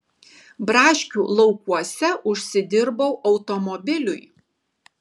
braškių laukuose užsidirbau automobiliui